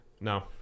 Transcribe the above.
No